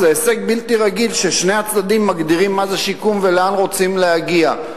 זה הישג בלתי רגיל ששני הצדדים מגדירים מה זה שיקום ולאן רוצים להגיע,